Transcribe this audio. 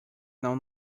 não